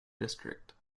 district